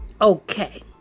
Okay